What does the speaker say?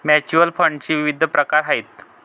mutual फंडाचे विविध प्रकार आहेत